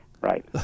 Right